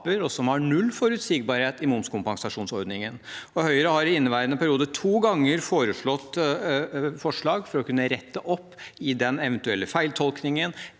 og som har null forutsigbarhet i momskompensasjonsordningen. Høyre har i inneværende periode fremmet forslag to ganger for å kunne rette opp i den eventuelle feiltolkningen